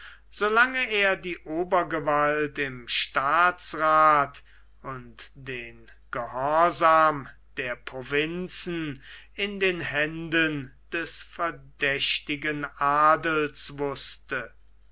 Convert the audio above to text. lange er die obergewalt im staatsrath und den gehorsam der provinzen in den händen des verdächtigen adels wußte